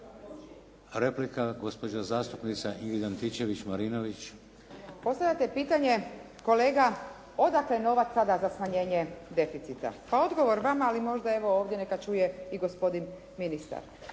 replika gospođa zastupnica Ingrid Antičević-Marinović. **Antičević Marinović, Ingrid (SDP)** Postavljate pitanje kolega odakle novac sada za smanjenje deficita, pa odgovor vama, ali možda evo ovdje neka čuje i gospodin ministar.